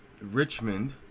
Richmond